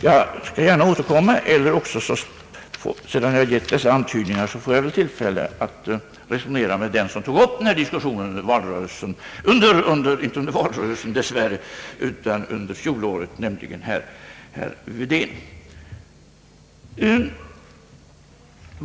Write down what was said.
Jag skall gärna återkomma, eller också får jag väl sedan jag nu gjort dessa antydningar kanske tillfälle att resonera med den som tog upp denna diskussion under fjolåret, nämligen herr Wedén.